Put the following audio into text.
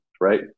right